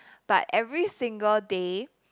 but every single day